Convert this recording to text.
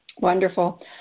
Wonderful